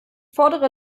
fordere